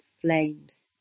flames